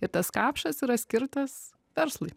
ir tas kapšas yra skirtas verslui